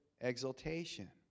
exultation